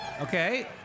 Okay